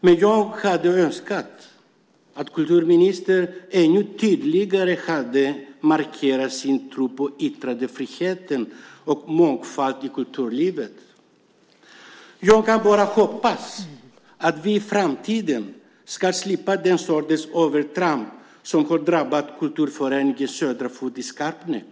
Men jag hade önskat att kulturministern ännu tydligare hade markerat sin tro på yttrandefriheten och mångfalden i kulturlivet. Jag kan bara hoppas att vi i framtiden ska slippa den sortens övertramp som har drabbat kulturföreningen Södra Fot i Skarpnäck.